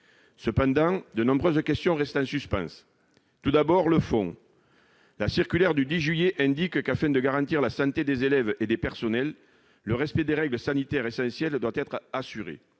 Cependant, de nombreuses questions restent en suspens. Tout d'abord, sur le fond, la circulaire du 10 juillet indique :« Afin de garantir la santé des élèves et des personnels, [...] le respect des règles sanitaires essentielles doit être assuré